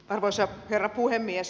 arvoisa herra puhemies